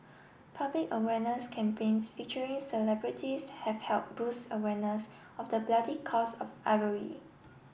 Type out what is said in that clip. public awareness campaigns featuring celebrities have help boost awareness of the bloody cost of ivory